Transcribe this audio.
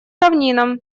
равнинам